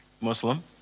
Muslim